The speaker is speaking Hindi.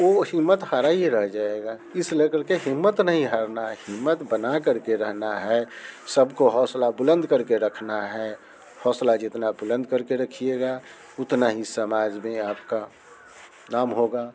वो हिम्मत हारा ही रह जाएगा इस ले कर के हिम्मत नहीं हारना है हिम्मत बना कर के रहना है सब को हौसला बुलंद कर के रखना है हौसला जितना बुलंद कर के रखिएगा उतना ही समाज में आपका नाम होगा